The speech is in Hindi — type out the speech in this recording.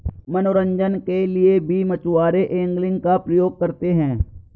मनोरंजन के लिए भी मछुआरे एंगलिंग का प्रयोग करते हैं